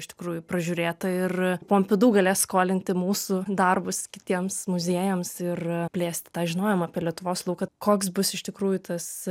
iš tikrųjų pražiūrėta ir pompidu galės skolinti mūsų darbus kitiems muziejams ir plėsti tą žinojomą apie lietuvos lauką koks bus iš tikrųjų tas